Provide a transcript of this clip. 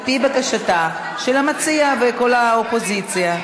על פי בקשתה של המציעה וכל האופוזיציה.